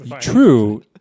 true